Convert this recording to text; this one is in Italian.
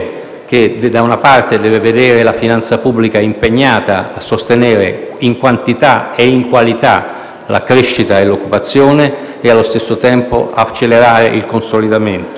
sentiero che deve vedere la finanza pubblica impegnata a sostenere - in quantità e in qualità - la crescita e l'occupazione e allo stesso tempo accelerare il consolidamento.